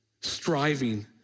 striving